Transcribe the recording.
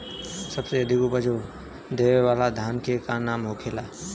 सबसे अधिक उपज देवे वाला धान के का नाम होखे ला?